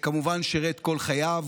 כמובן הוא שירת כל חייו,